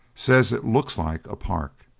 says it looks like a park,